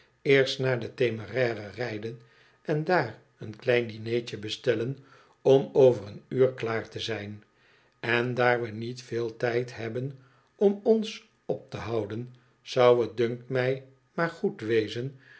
eerst naar de temeraire rijden en daar eon klein dinertje bestellen om over een uur klaar te zijn en daar we niet veel tijd hebben om ons op te houden zou t dunkt mij maar goed wezen